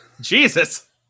Jesus